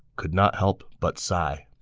could not help but sigh